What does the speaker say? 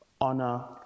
honor